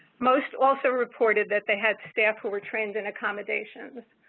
most also reported that they have staff who are trained in accommodation.